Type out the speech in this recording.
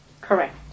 Correct